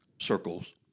circles